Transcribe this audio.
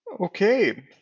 Okay